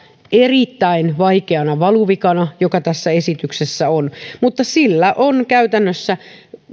erittäin vaikeana valuvikana joka tässä esityksessä on mutta sille on käytännössä arvioitu